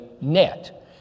net